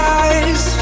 eyes